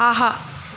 ஆஹா